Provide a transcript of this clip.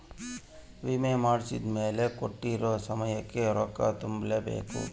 ವಿಮೆ ಮಾಡ್ಸಿದ್ಮೆಲೆ ಕೋಟ್ಟಿರೊ ಸಮಯಕ್ ರೊಕ್ಕ ತುಂಬ ಬೇಕ್